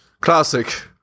Classic